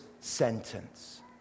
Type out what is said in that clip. sentence